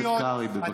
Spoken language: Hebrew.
חבר הכנסת קרעי, בבקשה.